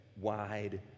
wide